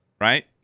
right